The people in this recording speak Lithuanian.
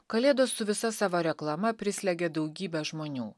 kalėdos su visa savo reklama prislegia daugybę žmonių